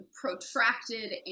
protracted